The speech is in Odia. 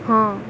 ହଁ